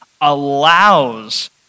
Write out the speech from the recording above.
allows